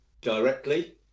directly